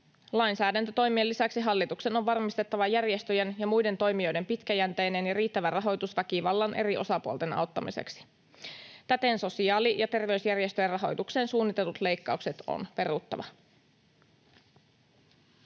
Lainsäädäntötoimien lisäksi hallituksen on varmistettava järjestöjen ja muiden toimijoiden pitkäjänteinen ja riittävä rahoitus väkivallan eri osapuolten auttamiseksi. Täten sosiaali- ja terveysjärjestöjen rahoitukseen suunnitellut leikkaukset on peruttava.